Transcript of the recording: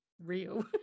real